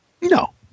No